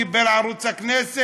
קיבל ערוץ הכנסת,